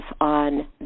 on